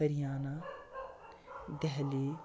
Haryana Delhi